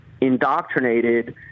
indoctrinated